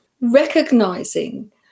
Recognizing